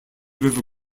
river